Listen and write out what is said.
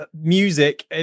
music